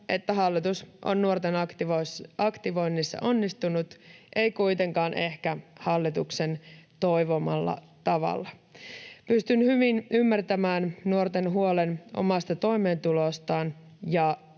että hallitus on nuorten aktivoinnissa onnistunut, ei kuitenkaan ehkä hallituksen toivomalla tavalla. Pystyn hyvin ymmärtämään nuorten huolen omasta toimeentulostaan